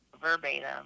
verbatim